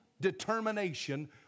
determination